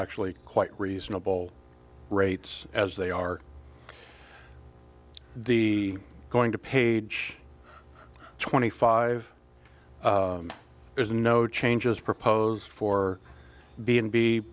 actually quite reasonable rates as they are the going to page twenty five there's no changes proposed for b